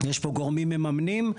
יש פה גורמים ממנים.